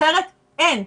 אחרת, אין.